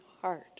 heart